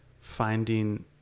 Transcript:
finding